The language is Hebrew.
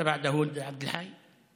דאוד עבד אלחי.